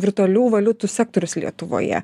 virtualių valiutų sektorius lietuvoje